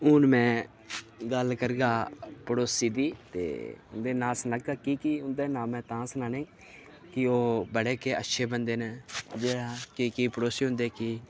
हू'न में गल्ल करगा पड़ोसी दी ते उं'दे नांऽ सनागा उं'दे केह् केह् नाम न तां सनागा की ओह् बड़े गै अच्छें बंदे न केह् केह् पड़ोसी होंदे केईं